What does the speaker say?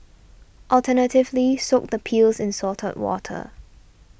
alternatively soak the peels in salted water